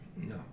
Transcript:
no